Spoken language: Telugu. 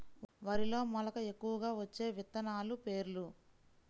వరిలో మెలక ఎక్కువగా వచ్చే విత్తనాలు పేర్లు?